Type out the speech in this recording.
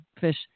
fish